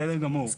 בסדר גמור.